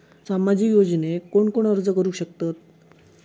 सामाजिक योजनेक कोण कोण अर्ज करू शकतत?